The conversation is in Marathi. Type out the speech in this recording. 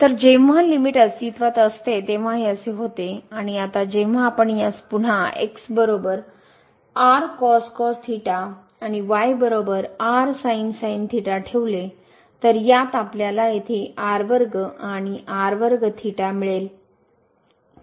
तर जेव्हा लिमिट अस्तित्वात असते तेव्हा हे असे होते आणि आता जेव्हा आपण यास पुन्हा आणि ठेवले तर यात आपल्याला येथे आणि मिळेल